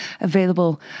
available